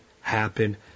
happen